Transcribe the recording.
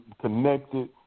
connected